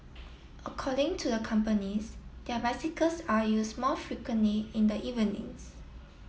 according to the companies their bicycles are used more frequently in the evenings